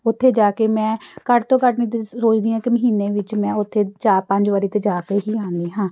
ਉੱਥੇ ਜਾ ਕੇ ਮੈਂ ਘੱਟ ਤੋਂ ਘੱਟ ਆ ਇੱਕ ਮਹੀਨੇ ਵਿੱਚ ਮੈਂ ਉੱਥੇ ਚਾਰ ਪੰਜ ਵਾਰੀ ਤਾਂ ਜਾ ਕੇ ਹੀ ਆਉਂਦੀ ਹਾਂ